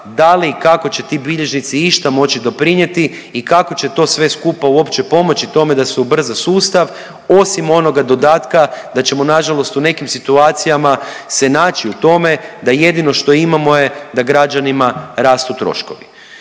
da li i kako će ti bilježnici išta moći doprinijeti i kako će to sve skupa uopće pomoći tome da se ubrza sustav, osim onoga dodatka da ćemo nažalost u nekim situacijama se naći u tome da jedino što imamo je da građanima rastu troškovi.